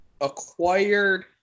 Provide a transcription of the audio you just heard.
acquired